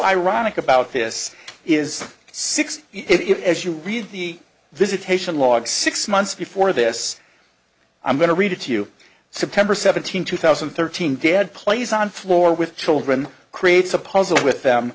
ironic about this is six if as you read the visitation logs six months before this i'm going to read it to you september seventeenth two thousand and thirteen dad plays on floor with children creates a puzzle with them